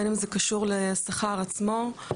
בין אם זה קשור לשכר עצמו,